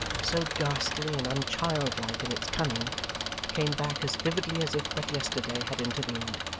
so ghastly and unchildlike in its cunning came back as vividly as if but yesterday had intervened.